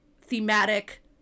thematic